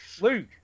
Luke